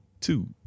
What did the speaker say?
Two